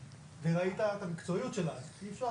וראית את המקצועיות שלה אי אפשר